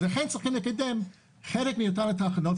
לכן צריך לקדם חלק מאותן תחנות.